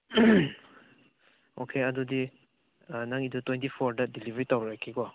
okay ꯑꯗꯨꯗꯤ ꯑꯥ ꯅꯪꯒꯤꯗꯨ ꯇ꯭ꯋꯦꯟꯇꯤ ꯐꯣꯔꯗ ꯗꯤꯂꯤꯕꯔꯤ ꯇꯧꯔꯒꯦꯀꯣ